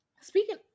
speaking